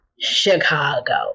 Chicago